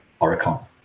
Oricon